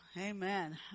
Amen